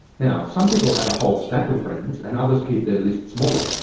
now, some people add a whole stack of friends, and others keep their lists small. ah